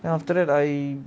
then after that I